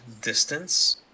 distance